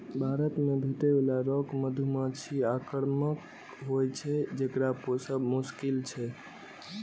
भारत मे भेटै बला रॉक मधुमाछी आक्रामक होइ छै, जेकरा पोसब मोश्किल छै